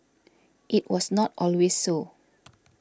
it was not always so